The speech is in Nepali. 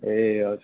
ए हजुर